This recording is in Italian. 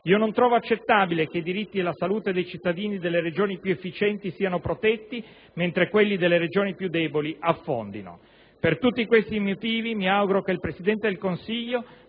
Io non trovo accettabile che i diritti e la salute dei cittadini delle regioni più efficienti siano protetti, mentre quelli delle regioni più deboli affondino. Per tutti questi motivi mi auguro che il Presidente del Consiglio